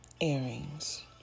earrings